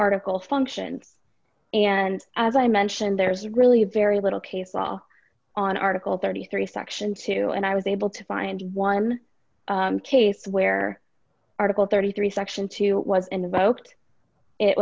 article functions and as i mentioned there's really very little case law on article thirty three section two and i was able to find one case where article thirty three section two was in